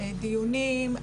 דיונים,